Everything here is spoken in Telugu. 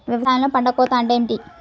వ్యవసాయంలో పంట కోత అంటే ఏమిటి?